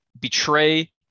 betray